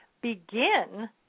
begin